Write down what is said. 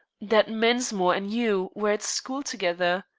that mensmore and you were at school together?